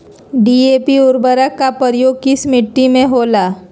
DAP उर्वरक का प्रयोग किस मिट्टी में होला?